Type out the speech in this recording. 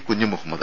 Kunjumuhammad